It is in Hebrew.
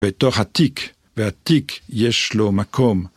בתוך התיק, והתיק יש לו מקום